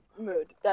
mood